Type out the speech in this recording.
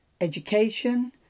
education